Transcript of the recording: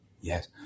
Yes